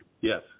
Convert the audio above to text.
yes